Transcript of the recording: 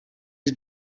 his